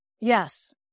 yes